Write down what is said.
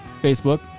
Facebook